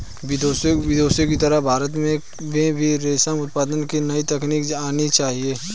विदेशों की तरह भारत में भी रेशम उत्पादन की नई तकनीक आनी चाहिए